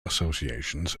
associations